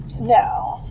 No